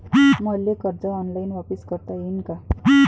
मले कर्ज ऑनलाईन वापिस करता येईन का?